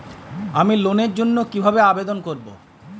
আমি লোনের জন্য কিভাবে আবেদন করব?